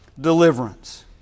deliverance